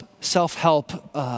self-help